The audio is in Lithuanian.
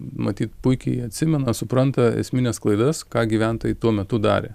matyt puikiai atsimena supranta esmines klaidas ką gyventojai tuo metu darė